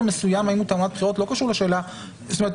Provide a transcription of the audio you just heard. מסוים האם הוא תעמולת בחירות לא קשור לשאלה זאת אומרת,